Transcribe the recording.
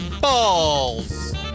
balls